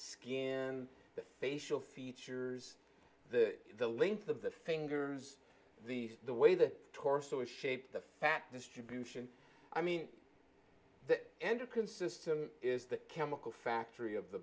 the facial features the the length of the fingers the the way the torso is shaped the fact distribution i mean the end of consistent is the chemical factory of the